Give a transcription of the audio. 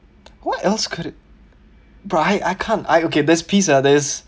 what else could it right I can't I okay there's pizza there's